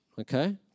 okay